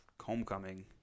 Homecoming